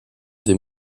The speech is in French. des